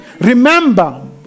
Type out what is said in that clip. Remember